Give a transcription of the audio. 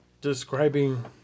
describing